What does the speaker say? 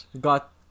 got